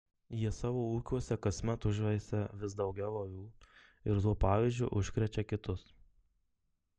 jie savo ūkiuose kasmet užveisia vis daugiau avių ir tuo pavyzdžiu užkrečia kitus